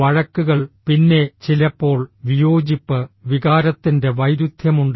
വഴക്കുകൾ പിന്നെ ചിലപ്പോൾ വിയോജിപ്പ് വികാരത്തിൻറെ വൈരുദ്ധ്യമുണ്ട്